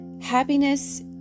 happiness